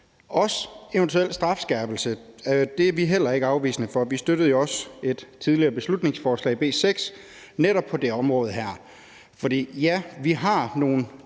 også eventuelt strafskærpelse, er vi heller ikke afvisende over for. Vi støttede jo også et tidligere beslutningsforslag, B 6, på netop det her område. For ja, vi har nogle